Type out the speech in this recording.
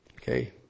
Okay